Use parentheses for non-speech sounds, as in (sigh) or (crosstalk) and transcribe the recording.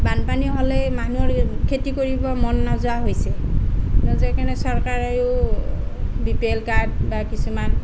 বানপানী হ'লে মানুহৰ (unintelligible) খেতি কৰিব মন নোযোৱা হৈছে নোযোৱা কাৰণে চৰকাৰেও বি পি এল কাৰ্ড বা কিছুমান